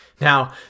Now